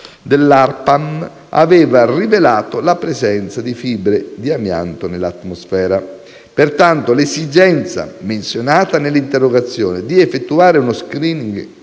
dell'ARPAM aveva rivelato la presenza di fibre di amianto nell'atmosfera. Pertanto, l'esigenza menzionata nell'interrogazione di effettuare uno *screening*